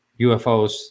UFOs